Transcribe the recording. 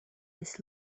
this